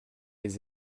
les